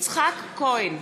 יצחק כהן,